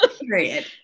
period